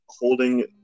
holding